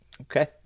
Okay